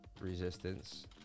resistance